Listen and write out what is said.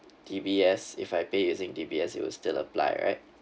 D_B_S if I pay using D_B_S it will still apply right